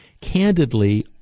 candidly